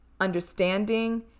understanding